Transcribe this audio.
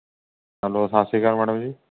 hello ਸਤਿ ਸ਼੍ਰੀ ਅਕਾਲ ਮੈਡਮ ਜੀ